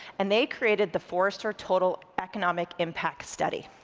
and they created the forrester total economic impact study,